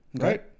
Right